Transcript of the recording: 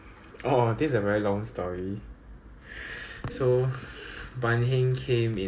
then he suddenly like I don't know why he's at the other end of the room but I don't know why he suddenly turn his head and stare at me